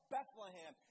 Bethlehem